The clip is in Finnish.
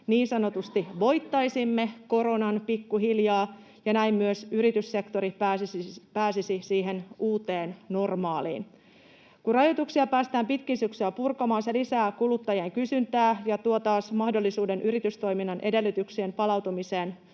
niin sanotusti voittaisimme koronan pikkuhiljaa, ja näin myös yrityssektori pääsisi siihen uuteen normaaliin. Kun rajoituksia päästään pitkin syksyä purkamaan, se lisää kuluttajien kysyntää ja tuo taas mahdollisuuden yritystoiminnan edellytyksien palautumiseen